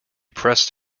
pressed